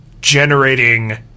generating